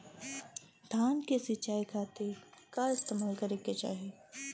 धान के सिंचाई खाती का इस्तेमाल करे के चाही?